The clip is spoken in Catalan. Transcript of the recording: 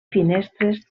finestres